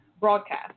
broadcast